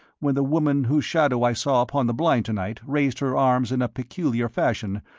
when the woman whose shadow i saw upon the blind to-night raised her arms in a peculiar fashion,